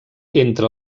entre